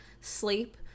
sleep